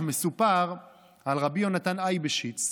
מסופר על רבי יונתן אייבשיץ,